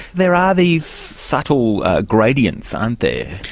there are these subtle gradients, aren't there.